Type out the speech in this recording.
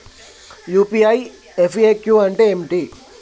UPI FAQ అంటే ఏమిటి?